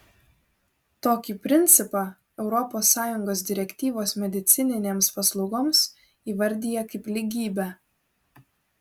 tokį principą europos sąjungos direktyvos medicininėms paslaugoms įvardija kaip lygybę